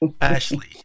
Ashley